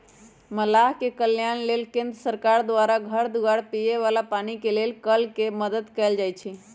मलाह के कल्याण लेल केंद्र सरकार द्वारा घर दुआर, पिए बला पानी के लेल कल के मदद कएल जाइ छइ